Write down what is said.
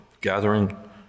gathering